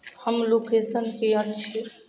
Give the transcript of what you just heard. हम लोकेशन की अछि